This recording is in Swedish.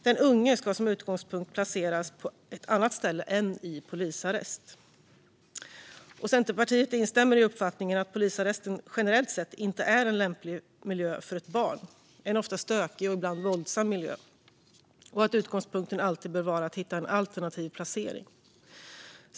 Den unge ska som utgångspunkt placeras på ett annat ställe än i polisarrest. Centerpartiet instämmer i uppfattningen att polisarresten generellt sett inte är en lämplig miljö för ett barn - det är en ofta stökig och ibland våldsam miljö - och att utgångspunkten alltid bör vara att hitta en alternativ placering.